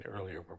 earlier